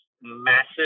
massive